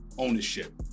ownership